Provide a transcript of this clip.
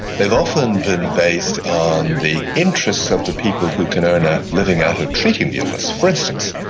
they've often been based on the interests of the people who can earn a living out of treating the illness. for instance,